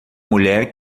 mulher